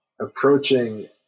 approaching